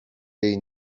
jej